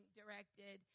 directed